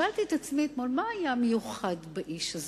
שאלתי את עצמי אתמול מה היה המיוחד באיש הזה,